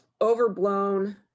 overblown